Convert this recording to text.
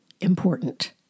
important